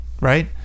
right